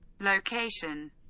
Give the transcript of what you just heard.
Location